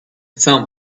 some